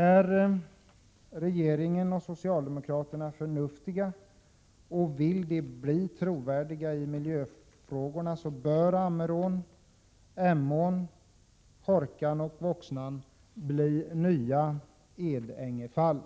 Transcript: Är regeringen och socialdemokraterna förnuftiga och vill man bli trovärdig i miljöfrågorna, bör Ammerån, Emån, Hårkan och Voxnan bli nya Edängefall